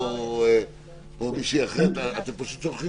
הוא אמר את זה.